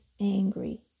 angry